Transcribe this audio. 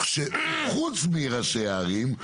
שחוץ מראשי הערים,